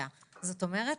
זאת אומרת,